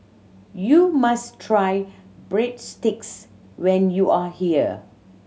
you must try Breadsticks when you are here